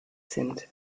sind